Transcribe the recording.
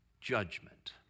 judgment